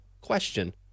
question